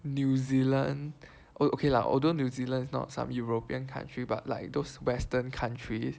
New Zealand okay lah although New Zealand is not some European country but like those Western countries